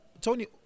Tony